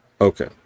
Okay